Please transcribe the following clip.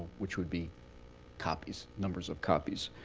which would be copies numbers of copies.